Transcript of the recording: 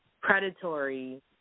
predatory